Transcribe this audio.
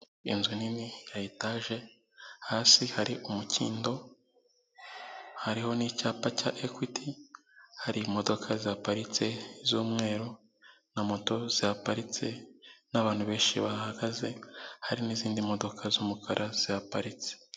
Inzu nini ya etaje hasi hari umukindo hariho n'icyapa cya Ekwiti, hari imodoka zihaparitse z'umweru na moto zihaparitse n'abantu benshi bahahagaze, hari n'izindi modoka z'umukara zihaparitse.